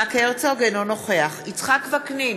אינו נוכח יצחק וקנין,